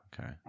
Okay